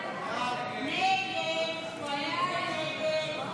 הסתייגות 23